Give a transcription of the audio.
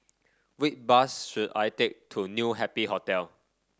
which bus should I take to New Happy Hotel